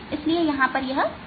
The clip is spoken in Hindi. इसलिए यहां रेडियल होगा